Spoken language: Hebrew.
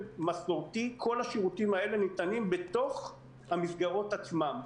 מסורתי כל השירותים האלה ניתנים בתוך המסגרות עצמן.